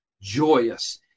joyous